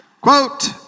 Quote